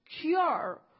cure